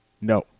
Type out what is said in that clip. No